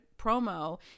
promo